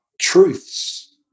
truths